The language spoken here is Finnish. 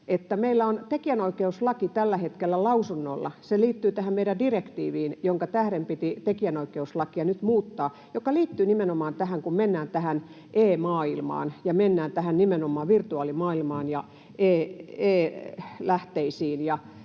meillä on tekijänoikeuslaki tällä hetkellä lausunnoilla. Se liittyy tähän meidän direktiiviin, jonka tähden piti tekijänoikeuslakia nyt muuttaa ja joka liittyy nimenomaan siihen, että mennään tähän e-maailmaan ja mennään nimenomaan virtuaalimaailmaan ja e-lähteisiin,